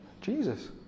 Jesus